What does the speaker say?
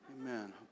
Amen